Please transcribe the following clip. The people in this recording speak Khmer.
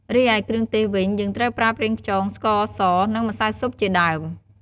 រីឯគ្រឿងទេសវិញ យើងត្រូវប្រើប្រេងខ្យង ស្ករស និងម្សៅស៊ុបជាដើម។